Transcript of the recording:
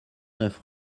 neuf